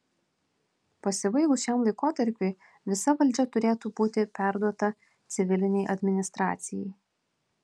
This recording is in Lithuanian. pasibaigus šiam laikotarpiui visa valdžia turėtų būti perduota civilinei administracijai